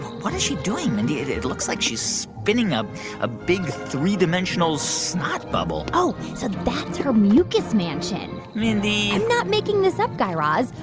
what is she doing, mindy? it looks like she's spinning a ah big three-dimensional snot bubble oh, so that's her mucus mansion mindy i'm not making this up, guy raz.